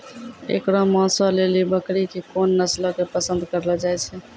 एकरो मांसो लेली बकरी के कोन नस्लो के पसंद करलो जाय छै?